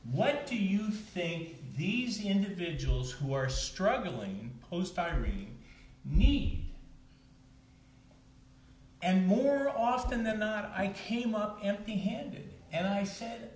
what do you think these individuals who are struggling post hiring me and more often than not i came up empty handed and i said